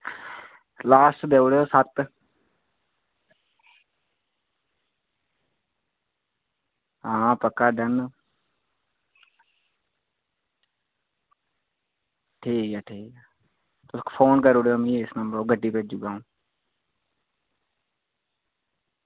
last देई ओड़ेओ सत्त हां पक्का डन ठीक ऐ ठीक तुस फोन करी ओड़ेओ इस नंबर पर गड्डी भेजी ओड़गा अ'ऊं